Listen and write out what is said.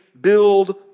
build